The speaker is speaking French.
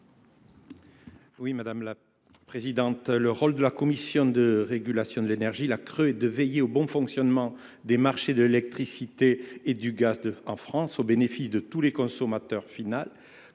Jean Jacques Michau. Le rôle de la Commission de régulation de l’énergie est de veiller au bon fonctionnement des marchés de l’électricité et du gaz en France, au bénéfice de tous les consommateurs finals,